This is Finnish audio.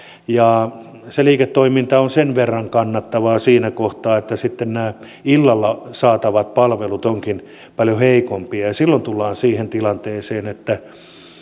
ja se liiketoiminta on sen verran kannattavaa siinä kohtaa että sitten nämä illalla saatavat palvelut ovatkin paljon heikompia ja ja silloin tullaan siihen tilanteeseen että